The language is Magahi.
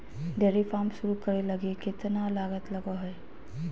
डेयरी फार्म शुरू करे लगी केतना लागत लगो हइ